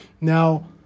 now